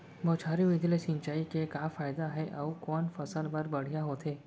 बौछारी विधि ले सिंचाई के का फायदा हे अऊ कोन फसल बर बढ़िया होथे?